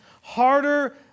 Harder